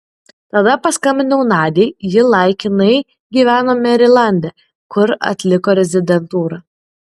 tada paskambinau nadiai ji laikinai gyveno merilande kur atliko rezidentūrą